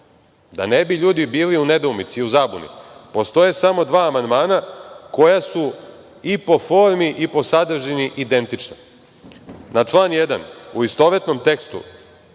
da ne bi ljudi bili u nedoumici i zabuni, postoje samo dva amandmana koja su i po formi i po sadržini identični. Na član 1, u istovetnom tekstu,